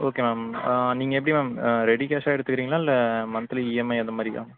okay ma'am நீங்கள் எப்படி ma'am ready கேஷாக எடுத்துக்குக்றீங்களா இல்லை மந்த்லி இஎம்ஐ அந்தமாதிரியா